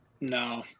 No